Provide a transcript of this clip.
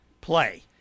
play